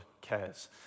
cares